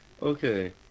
Okay